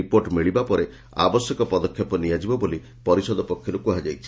report ମିଳିବା ପରେ ଆବଶ୍ୟକ ପଦକ୍ଷେପ ନିଆଯିବ ବୋଲି ପରିଷଦ ପକ୍ଷର୍ କୁହାଯାଇଛି